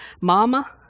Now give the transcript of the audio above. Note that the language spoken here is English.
Mama